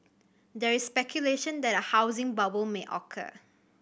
there is speculation that a housing bubble may occur